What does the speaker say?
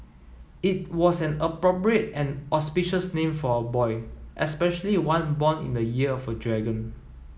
it was an appropriate and auspicious name for a boy especially one born in the year of a dragon